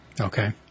Okay